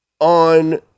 on